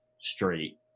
straight